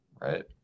right